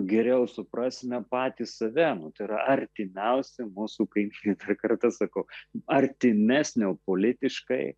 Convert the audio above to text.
geriau suprasime patys save nu tai yra artimiausi mūsų kaimynai dar kartą sakau artimesnio politiškai